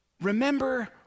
remember